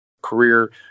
career